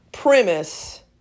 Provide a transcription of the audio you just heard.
Premise